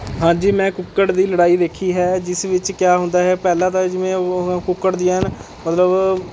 ਹਾਂਜੀ ਮੈਂ ਕੁੱਕੜ ਦੀ ਲੜਾਈ ਵੇਖੀ ਹੈ ਜਿਸ ਵਿੱਚ ਕਿਆ ਹੁੰਦਾ ਹੈ ਪਹਿਲਾਂ ਤਾਂ ਜਿਵੇਂ ਉਹ ਕੁੱਕੜ ਦੀ ਐਨ ਮਤਲਬ